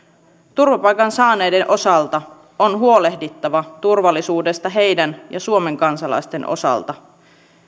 turvapaikan saaneiden osalta on huolehdittava turvallisuudesta heidän ja suomen kansalaisten osalta